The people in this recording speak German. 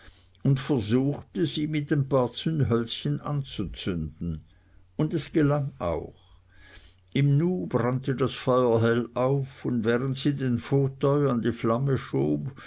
und versuchte sie mit ein paar zündhölzchen anzuzünden und es gelang auch im nu brannte das feuer hell auf und während sie den fauteuil an die flamme schob